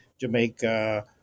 Jamaica